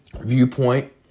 viewpoint